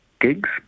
gigs